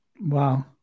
Wow